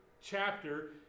chapter